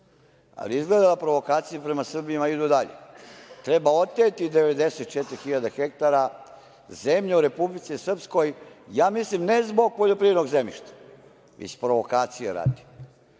Ali, izgleda da provokacije prema Srbima idu dalje. Treba oteti 94 hiljade hektara zemlje Republici Srpskoj, ja mislim ne zbog poljoprivrednog zemljišta, iz provokacije radi.